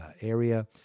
area